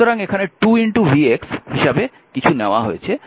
সুতরাং এখানে 2 vx হিসাবে কিছু নেওয়া হয়েছে